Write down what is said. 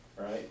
right